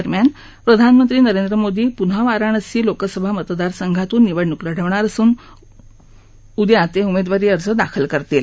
दरम्यान प्रधानमंत्री नरेंद्र मोदी पुन्हा वाराणसी लोकसभा मतदारसंघातून निवडणूक लढवणार असून उद्या ते उमेदवारी अर्ज दाखल करणार आहेत